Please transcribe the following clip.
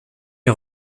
est